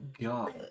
God